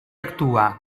actua